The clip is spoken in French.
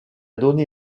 donné